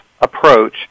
approach